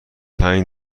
پنج